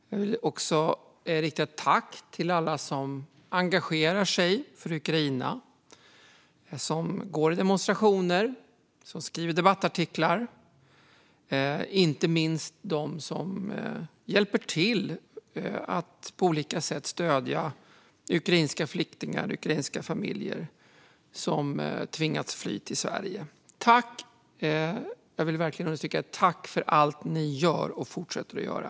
Jag vill också rikta ett tack till alla som engagerar sig i Ukraina, som går i demonstrationer och som skriver debattartiklar och inte minst till dem som hjälper till att på olika sätt stödja ukrainska flyktingar och ukrainska familjer som tvingats fly till Sverige. Jag vill verkligen understryka detta. Tack för allt ni gör och fortsätter att göra!